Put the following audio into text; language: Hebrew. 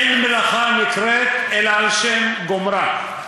אין מלאכה נקראת אלא על שם גומרה.